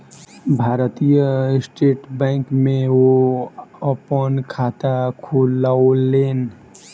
भारतीय State Bank में ओ अपन खाता खोलौलेन